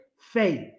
faith